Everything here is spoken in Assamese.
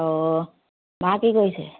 অঁ মায়ে কি কৰিছে